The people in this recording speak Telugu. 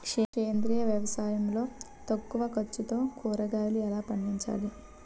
సేంద్రీయ వ్యవసాయం లో తక్కువ ఖర్చుతో కూరగాయలు ఎలా పండించాలి?